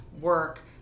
work